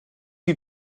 die